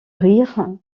rire